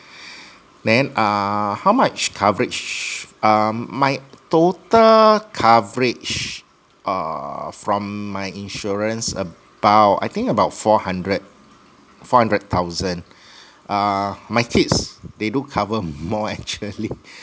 then uh how much coverage um my total coverage uh from my insurance about I think about four hundred four hundred thousand uh my kids they do cover more actually